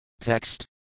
Text